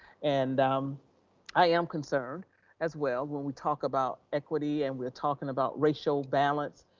and um i am concerned as well. when we talk about equity and we're talking about racial balance,